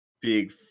big